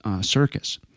circus